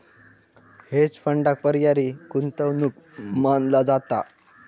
hedge फंडांक पर्यायी गुंतवणूक मानला जाता